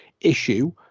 issue